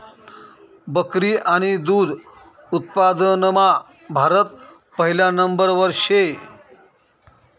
बकरी आणि दुध उत्पादनमा भारत पहिला नंबरवर शे